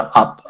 up